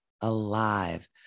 alive